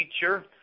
feature